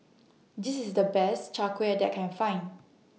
This IS The Best Chai Kueh that I Can Find